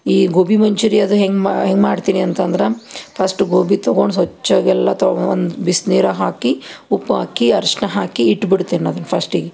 ಈ ಗೋಬಿ ಮಂಚೂರಿ ಅದು ಹೆಂಗೆ ಮಾ ಹೆಂಗೆ ಮಾಡ್ತೀನಿ ಅಂತಂದ್ರೆ ಫಸ್ಟ್ ಗೋಬಿ ತೊಗೊಂಡು ಸ್ವಚ್ಛಾಗಿ ಎಲ್ಲ ತೊಳ್ದು ಒಂದು ಬಿಸ್ನೀರಾಗ ಹಾಕಿ ಉಪ್ಪು ಹಾಕಿ ಅರ್ಷಿಣ ಹಾಕಿ ಇಟ್ಬಿಡ್ತೇನೆ ಅದನ್ನು ಫಸ್ಟಿಗೆ